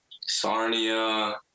sarnia